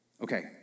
Okay